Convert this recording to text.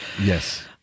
Yes